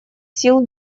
сил